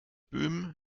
böhm